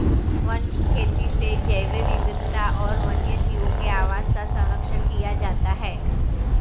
one खेती से जैव विविधता और वन्यजीवों के आवास का सरंक्षण किया जाता है